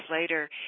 later